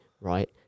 right